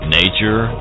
nature